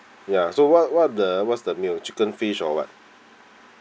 ya so what what the what's the meal chicken fish or what